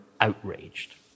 outraged